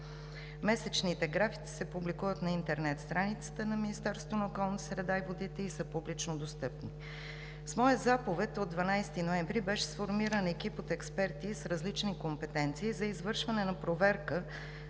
Месечните графици се публикуват на интернет страницата на Министерството на околната среда и водите и са публично достъпни. С моя заповед от 12 ноември беше сформиран екип от експерти с различни компетенции за извършване на проверка